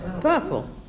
Purple